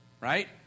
right